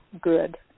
Good